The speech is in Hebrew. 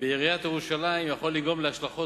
בעיריית ירושלים יכול לגרום להשלכות